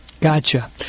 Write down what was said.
Gotcha